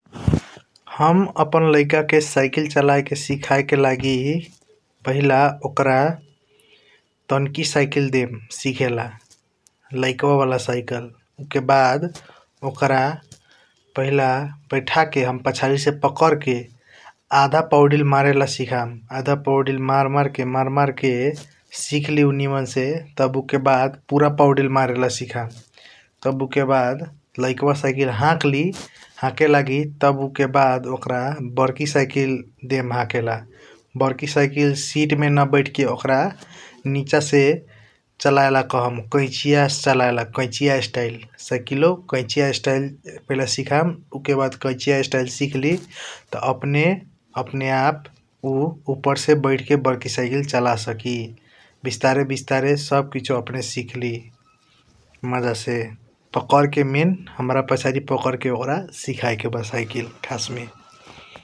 हम आपन लाइक के साइकल चलेके सीखेके लागी पहिला ओकर टंकी साइकल देम सीखे ला । लीक वाला साइकल उके बाद ओकर पहिला हम बैठके हम पसादी पकरके आध पौडील मरेर सिखम । आधा पौडील मार मार के मार मार के सिखली उ निमन से तब उके बाद पूरा पौडील मरेल सिखम । तब उके बाद लैकवा साइकल हकली हकेलगी तब उके बाद ओकर बरकी साइकल देम हकेला । बरकारी साइकल शीट मे न बैठ के ओकर नीच से चलयल कहं काईचिया चलयल काईचिया स्टाइल । साइकलों काईचिया स्टाइल पहिला सिखम उके बाद काईचिया स्टाइल सिखली त अपने अप उप्पार से बैठ के बरकी साइकल । चला सकी बिस्तरे बिस्तरे सब सिखली अपने से मज़ा से पाकर मेंन हाम्रा पसादी पकरके ओकर सीखेके बा साइकल खसस मे ।